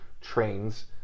trains